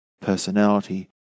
personality